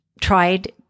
tried